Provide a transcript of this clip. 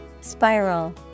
Spiral